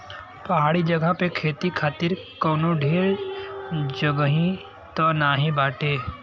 पहाड़ी जगह पे खेती खातिर कवनो ढेर जगही त नाही बाटे